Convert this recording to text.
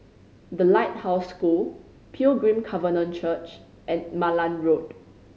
The Lighthouse School Pilgrim Covenant Church and Malan Road